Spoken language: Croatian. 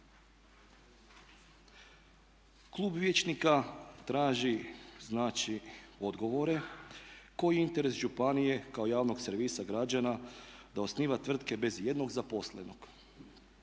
Klub vijeća traži znači odgovore koji je interes županije kao javnog servisa građana da osniva tvrtke bez ijednog zaposlenog.